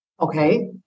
Okay